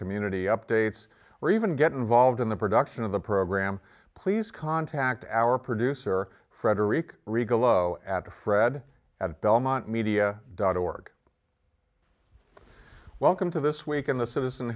community updates or even get involved in the production of the program please contact our producer frederick regal oh at fred at belmont media dot org welcome to this week in the citizen